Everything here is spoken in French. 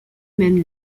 même